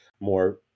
More